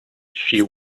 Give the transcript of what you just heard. she